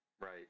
Right